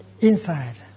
inside